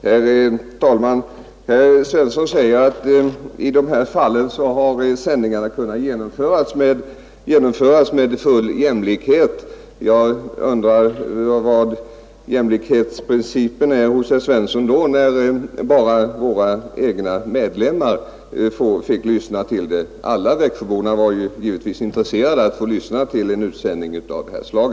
Herr talman! Herr Svensson i Eskilstuna säger att de sändningar det här gäller har kunnat genomföras med full jämlikhet. Jag undrar då vilken jämlikhetsprincip som herr Svensson i Eskilstuna har, när bara våra egna medlemmar fick lyssna till dessa sändningar — alla Växjöbor var givetvis intresserade att få lyssna till en utsändning av detta slag.